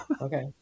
Okay